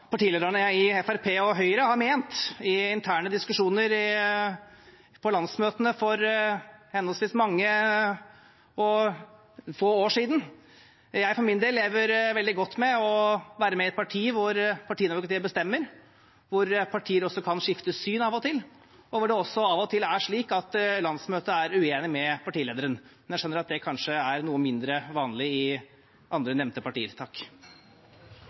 partilederne i Fremskrittspartiet og Høyre har ment i interne diskusjoner på landsmøtene for henholdsvis mange og få år siden. Jeg for min del lever veldig godt med å være med i et parti hvor partidemokratiet bestemmer, hvor partier også kan skifte syn av og til, og hvor det også av og til er slik at landsmøtet er uenig med partilederen. Men jeg skjønner at det kanskje er noe mindre vanlig i andre, nevnte